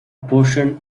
portion